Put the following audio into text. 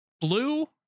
blue